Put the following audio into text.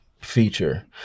feature